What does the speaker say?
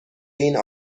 این